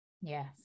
Yes